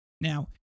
Now